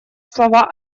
слова